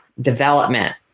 development